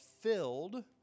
filled